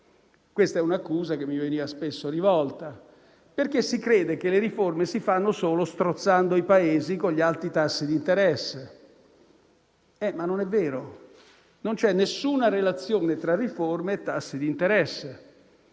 Questa è un'accusa che mi è stata spesso rivolta, perché si crede che le riforme si facciano solo strozzando i Paesi con gli alti tassi di interesse. Ma questo non è vero, poiché non c'è alcuna relazione tra riforme e tassi di interesse,